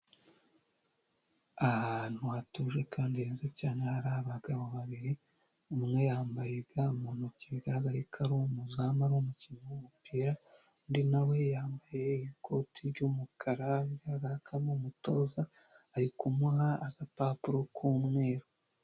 Ahantu hatuje kandi heza cyane hari abagabo babiri umwe yambaye ga mu ntoki bigaragara ko ari umuzamu w'umukinnyi w'umupira undi nawe yambaye ikoti ry'umukara bigaragaragara ko ari umutoza ari kumuha agapapuro k'umweru.